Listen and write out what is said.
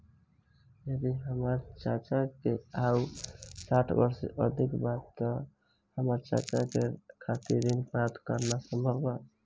यदि हमार चाचा के आयु साठ वर्ष से अधिक बा त का हमार चाचा के खातिर ऋण प्राप्त करना संभव बा?